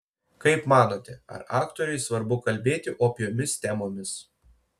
kaip manote ar aktoriui svarbu kalbėti opiomis temomis